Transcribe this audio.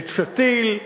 את שתי"ל,